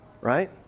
right